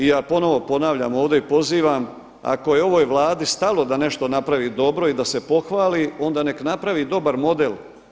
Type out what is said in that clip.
I ja ponovo ponavljam ovdje i pozivam ako je ovoj Vladi stalo da nešto napravi dobro i da se pohvali, onda nek' napravi dobar model.